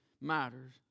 matters